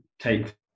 take